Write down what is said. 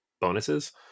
bonuses